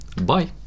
bye